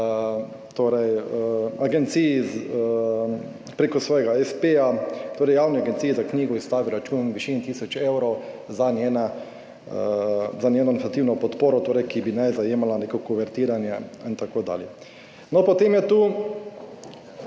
oče agenciji preko svojega espeja, torej Javni agenciji za knjigo izstavi račun v višini tisoč evrov za njeno /nerazumljivo/ podporo, torej, ki bi naj zajemala neko kuvertiranje in tako dalje. No, potem je tu